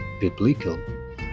biblical